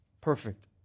perfect